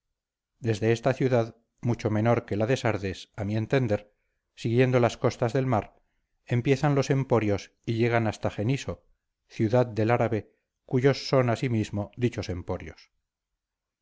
desde esta ciudad mucho menor que la de sardes a mi entender siguiendo las costas del mar empiezan los emporios y llegan hasta jeniso ciudad del árabe cuyos son asimismo dichos emporios